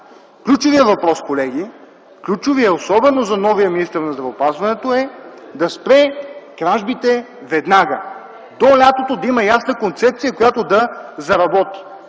ключовият въпрос, колеги, особено за новия министър на здравеопазването, е да спре кражбите веднага. До лятото да има ясна концепция, която да заработи.